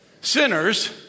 Sinners